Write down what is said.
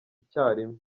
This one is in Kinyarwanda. icyarimwe